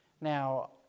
Now